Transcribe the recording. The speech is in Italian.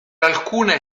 alcune